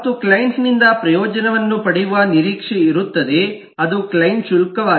ಮತ್ತು ಕ್ಲೈಂಟ್ ನಿಂದ ಪ್ರಯೋಜನವನ್ನು ಪಡೆಯುವ ನಿರೀಕ್ಷೆ ಇರುತ್ತದೆ ಅದು ಕ್ಲೈಂಟ್ ನ ಶುಲ್ಕವಾಗಿದೆ